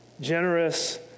generous